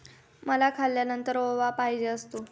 मला खाल्यानंतर ओवा पाहिजे असतो